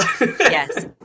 Yes